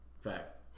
Facts